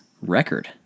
record